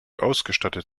ausgestattet